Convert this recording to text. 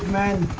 man